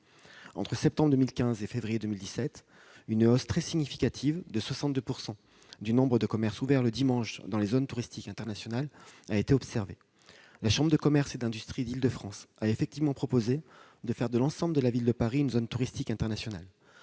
Entre septembre 2015 et février 2017, une hausse très significative, de 62 %, du nombre de commerces ouverts le dimanche dans les ZTI a été observée. La chambre de commerce et d'industrie d'Île-de-France a effectivement proposé de faire de l'ensemble de la ville de Paris une zone touristique internationale.